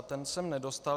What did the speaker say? Ten jsem nedostal.